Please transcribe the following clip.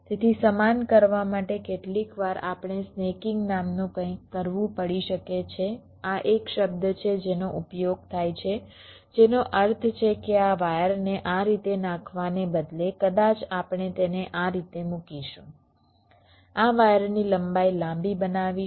તેથી સમાન કરવા માટે કેટલીકવાર આપણે સ્નેકિંગ નામનું કંઈક કરવું પડી શકે છે આ એક શબ્દ છે જેનો ઉપયોગ થાય છે જેનો અર્થ છે કે આ વાયરને આ રીતે નાખવાને બદલે કદાચ આપણે તેને આ રીતે મૂકીશું આ વાયરની લંબાઈ લાંબી બનાવીશું